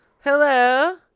Hello